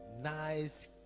nice